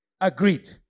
agreed